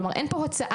כלומר: אין פה הוצאה,